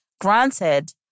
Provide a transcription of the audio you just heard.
Granted